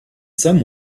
some